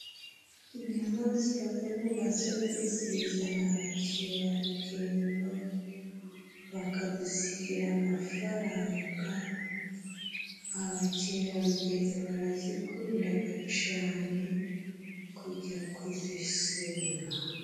Inyamaswa zo mu gasozi zizana abakerarugendo bakadusigira amafaranga, abakerarugendo barazikundaga cane kujya kuzisura.